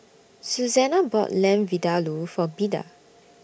Susanna bought Lamb Vindaloo For Beda